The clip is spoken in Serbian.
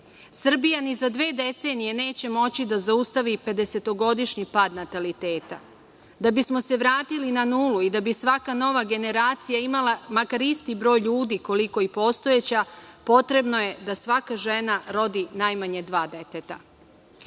ni za dve decenije neće moći da zaustavi 50-togodišnji pad nataliteta. Da bismo se vratili na nulu i da bi svaka nova generacija imala makar isti broj ljudi koliko i postojeća, potrebno je da svaka žena rodi najmanje dva deteta. Jasan